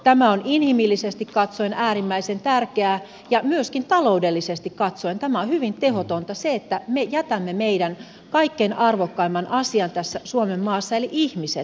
tämä on inhimillisesti katsoen äärimmäisen tärkeää ja myöskin taloudellisesti katsoen tämä on hyvin tehotonta että me jätämme meidän kaikkein arvokkaimman asian tässä suomenmaassa eli ihmiset hoitamatta